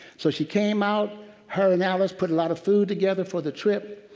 so she came out, her and alice put a lot of food together for the trip.